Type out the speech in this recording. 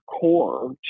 core